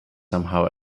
somehow